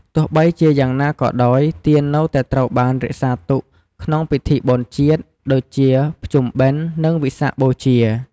ទោះបីជាយ៉ាងណាក៏ដោយ ទៀននៅតែត្រូវបានរក្សាទុកក្នុងពិធីបុណ្យជាតិ ដូចជាភ្ជុំបិណ្ឌ និងវិសាខបូជា។